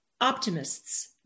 Optimists